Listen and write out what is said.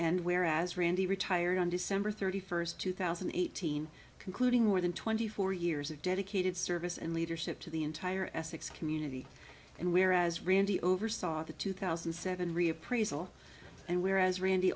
and where as randy retired on december thirty first two thousand and eighteen concluding more than twenty four years of dedicated service and leadership to the entire essex community and where as randy oversaw the two thousand and seven reappraisal and whereas randy